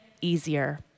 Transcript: easier